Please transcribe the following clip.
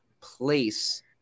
place